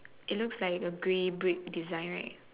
it looks like the grey brick design right